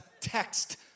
text